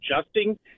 adjusting